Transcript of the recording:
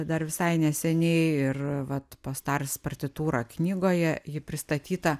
dar visai neseniai ir vat post ars partitūra knygoje ji pristatyta